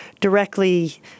directly